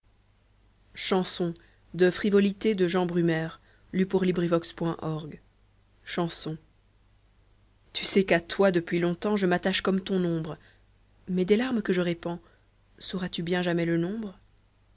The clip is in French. chanson tu sais qu'à toi depuis longtemps je m'attache comme ton ombre mais des larmes que je répands sauras-tu bien jamais le nombre